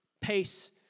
pace